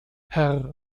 herr